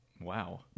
Wow